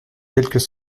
quelques